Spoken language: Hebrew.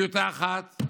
טיוטה אחת,